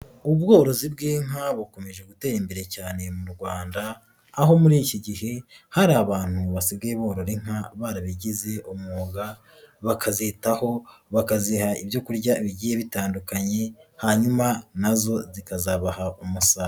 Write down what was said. Ubworozi bw'inka bukomeje gutera imbere cyane mu Rwanda, aho muri iki gihe hari abantu basigaye borora inka barabigize umwuga, bakazitaho bakaziha ibyo kurya bigiye bitandukanye, hanyuma nazo zikazabaha umusaruro.